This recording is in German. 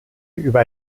über